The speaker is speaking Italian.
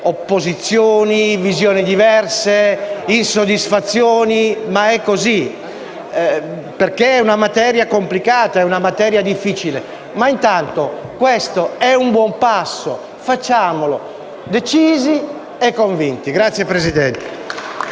opposizioni, visioni diverse, insoddisfazioni, ma è normale, perché è una materia complicata e difficile. Intanto questo è un buon passo, facciamolo decisi e convinti. *(Applausi